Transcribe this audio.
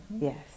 yes